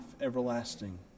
everlasting